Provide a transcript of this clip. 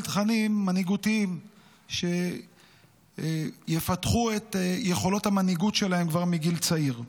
תכנים מנהיגותיים שיפתחו את יכולות המנהיגות שלהם כבר מגיל צעיר.